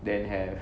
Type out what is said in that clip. then have